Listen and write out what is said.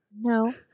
no